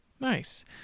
Nice